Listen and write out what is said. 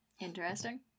interesting